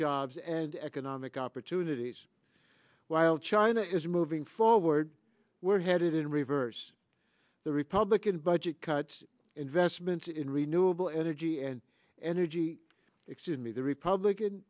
jobs and economic opportunities while china is moving forward we're headed in reverse the republican budget cuts investments in renewable energy and energy excuse me the republican